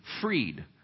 freed